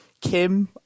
kim